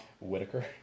Whitaker